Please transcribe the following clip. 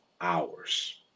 hours